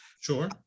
sure